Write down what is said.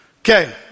Okay